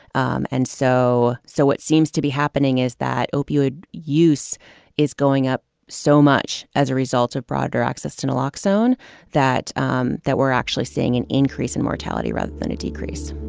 um and so so what seems to be happening is that opioid use is going up so much as a result of broader access to naloxone that um that we're actually seeing an increase in mortality rather than a decrease